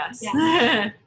yes